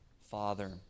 Father